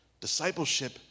Discipleship